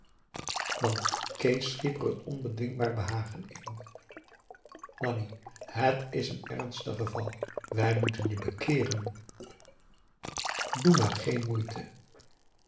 dan kees schiep er een onbedwingbaar behagen in nanni het is een ernstig geval wij moeten je bekeeren doe maar geen moeite